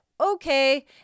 okay